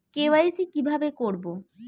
KYC কিভাবে করব?